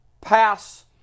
pass